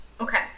Okay